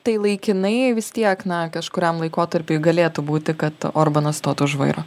tai laikinai vis tiek na kažkuriam laikotarpiui galėtų būti kad orbanas stotų už vairo